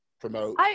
promote